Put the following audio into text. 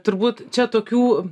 turbūt čia tokių